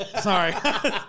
Sorry